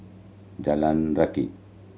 Jalan Rakit